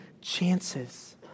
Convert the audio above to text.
chances